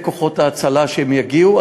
וכוחות ההצלה שיגיעו.